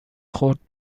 خورد